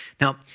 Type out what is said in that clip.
Now